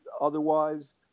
otherwise